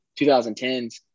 2010s